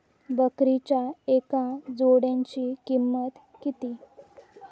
बकरीच्या एका जोडयेची किंमत किती?